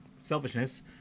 selfishness